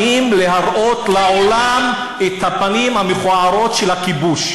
באים להראות לעולם את הפנים המכוערות של הכיבוש,